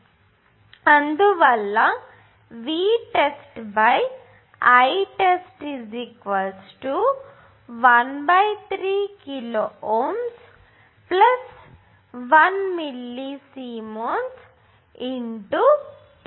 అందువల్ల VtestItest 13కిలోΩ 1 millisiemens 23